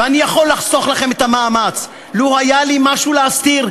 ואני יכול לחסוך מכם את המאמץ: לו היה לי משהו להסתיר,